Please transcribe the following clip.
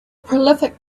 prolific